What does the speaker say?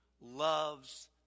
loves